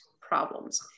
problems